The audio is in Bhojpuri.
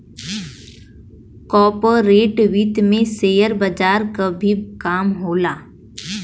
कॉर्पोरेट वित्त में शेयर बजार क भी काम होला